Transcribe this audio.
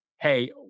hey